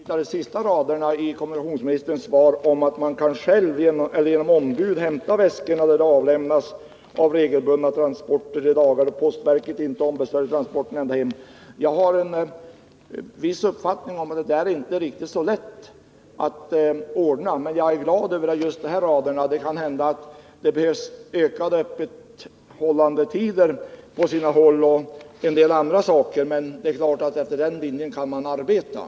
Herr talman! Får jag anknyta till de sista raderna i kommunikationsministerns svar där det sägs att man själv eller genom ombud kan ”hämta postväskorna där de avlämnas av de regelbundna transporterna de dagar då postverket inte ombesörjer transporten ända hem”. Jag har en viss uppfattning om att det här inte är så lätt att ordna, men jag är ändå glad över just de här raderna. Det kan hända att det på sina håll behövs ett ökat öppethållande och kanske även andra åtgärder. Men det är klart att man kan arbeta efter den här linjen.